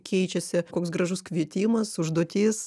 keičiasi koks gražus kvietimas užduotis